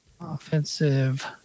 Offensive